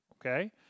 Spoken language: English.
okay